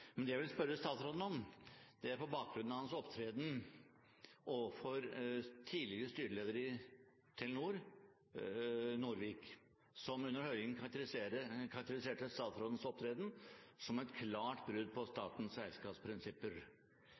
Men det jeg vil spørre statsråden om, er: På bakgrunn av hans opptreden overfor tidligere styreleder i Telenor, Norvik, som under høringen karakteriserte statsrådens opptreden som et klart brudd på statens